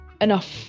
enough